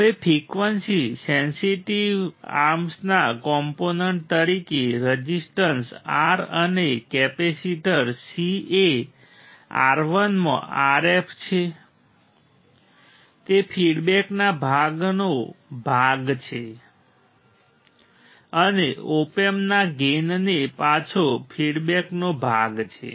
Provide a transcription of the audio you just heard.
હવે frequency sensitive આર્મ્સના component તરીકે રઝિસ્ટન્સ R અને કેપેસિટર C એ R1 માં Rf છે તે ફીડબેકના ભાગનો ભાગ છે અને ઓપ એમ્પના ગેઇનને પાછો ફીડબેકનો ભાગ છે